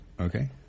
Okay